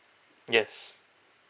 yes